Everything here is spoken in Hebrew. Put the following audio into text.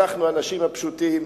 אנחנו האנשים הפשוטים,